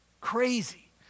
Crazy